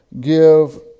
give